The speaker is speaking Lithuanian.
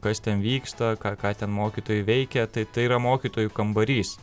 kas ten vyksta ką ką ten mokytojai veikia tai tai yra mokytojų kambarys